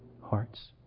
hearts